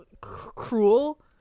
cruel